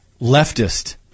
leftist